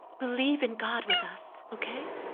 believe in god with us, okay?